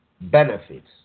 Benefits